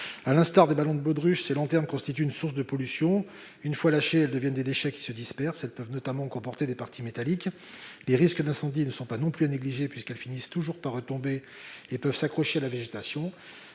À l'instar des ballons de baudruche, ces lanternes constituent une source de pollution. Une fois lâchées, elles deviennent des déchets qui se dispersent. Elles peuvent notamment comporter des parties métalliques. De plus, les risques d'incendie ne sont pas négligeables, puisque ces lanternes finissent toujours par retomber et peuvent s'accrocher à la végétation.